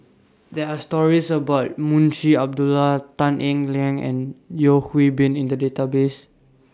There Are stories about Munshi Abdullah Tan Eng Liang and Yeo Hwee Bin in The Database